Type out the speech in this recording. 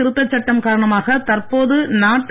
திருத்த சட்டம் காரணமாக தற்போது நாட்டில்